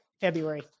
February